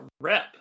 rep